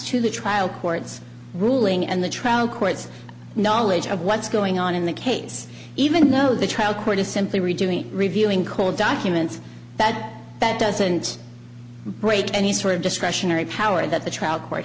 to the trial court's ruling and the trial court's knowledge of what's going on in the case even though the trial court is simply redoing reviewing court documents that doesn't break any sort of discretionary power that the trial